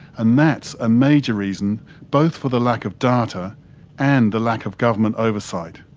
and that's a major reason both for the lack of data and the lack of government oversight.